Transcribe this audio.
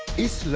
this